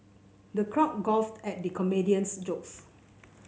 the crowd guffawed at the comedian's jokes